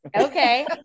okay